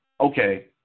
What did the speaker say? okay